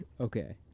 Okay